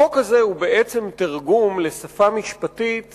החוק הזה הוא בעצם תרגום לשפה משפטית